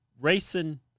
racing